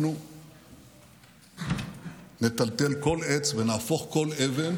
אנחנו נטלטל כל עץ ונהפוך כל אבן